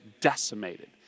decimated